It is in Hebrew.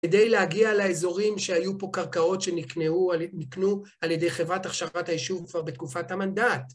כדי להגיע לאזורים שהיו פה קרקעות שנקנו על ידי חברת הכשרת היישוב כבר בתקופת המנדט.